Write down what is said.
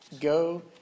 Go